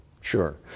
Sure